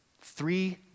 Three